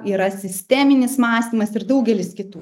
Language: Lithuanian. yra sisteminis mąstymas ir daugelis kitų